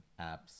apps